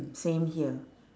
same here